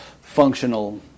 functional